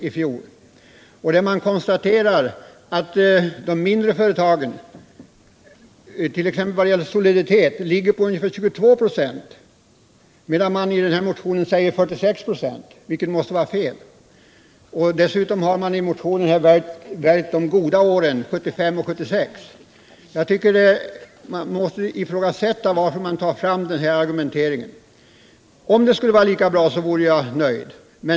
Där konstateras t.ex. att de mindre företagens soliditet ligger på 22 96, medan man i motionen säger att den ligger på 46 96, vilket måste vara fel. Dessutom har man i motionen valt de goda åren 1975 och 1976. Man måste ifrågasätta den här argumenteringen. Om det vore lika bra för småföretagen som för andra skulle jag vara nöjd.